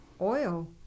oil